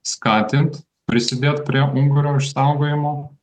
skatint prisidėt prie ungurio išsaugojimo